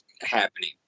happening